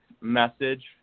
message